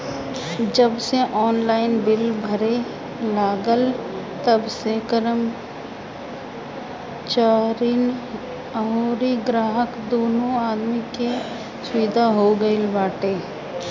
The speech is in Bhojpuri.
जबसे ऑनलाइन बिल भराए लागल तबसे कर्मचारीन अउरी ग्राहक दूनो आदमी के सुविधा हो गईल बाटे